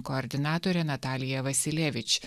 koordinatorė natalija vasilievič